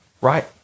right